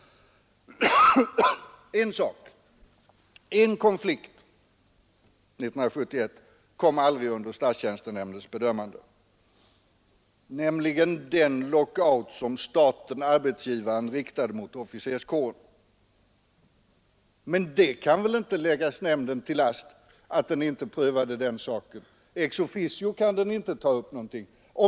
En konflikt 1971 kom aldrig under statstjänstenämndens prövning, officerskåren; Men der kongväl inte läggas nämnden till last att den inte Onsdagen den prövade den saken? Ex officio kan den inte ta upp någonting, och man i Hovember.